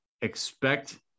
expect